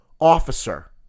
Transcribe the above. officer